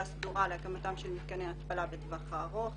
סדורה להקמתם של מתקני התפלה בטווח הארוך